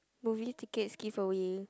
movie tickets giveaway